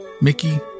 Mickey